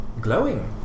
glowing